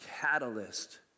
catalyst